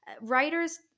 writers